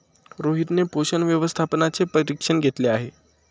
रोहितने पोषण व्यवस्थापनाचे प्रशिक्षण घेतले आहे